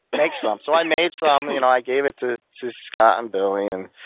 make some. so i made some. you know i gave it to scott and billy, and